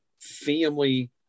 family